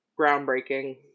groundbreaking